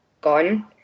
gone